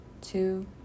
two